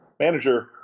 manager